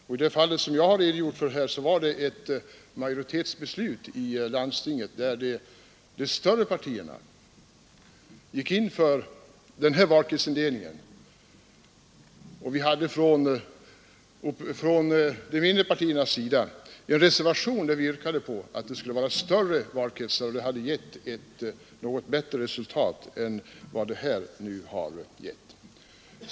Och i det fall som jag här redogjorde för fattades ett majoritetsbeslut i landstinget, där de större partierna gick in för denna valkretsindelning och vi från de mindre partierna avlämnade en reservation, i vilken vi yrkade på större valkretsar, som skulle ha givit ett något bättre resultat.